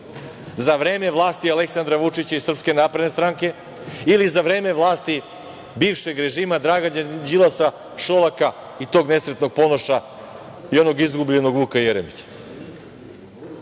za vreme vlasti Aleksandra Vučića i SNS ili za vreme vlasti bivšeg režima Dragana Đilasa, Šolaka i tog nesretnog Ponoša i onog izgubljenog Vuka Jeremića?